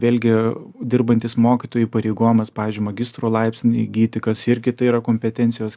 vėl gi dirbantys mokytojai įpareigojom mes pavyzdžiui magistro laipsnį įgyti kas irgi tai yra kompetencijos